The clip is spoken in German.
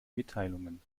mitteilungen